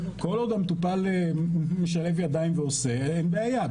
כל עוד המטופל משלב ידיים ועושה, אין בעיה.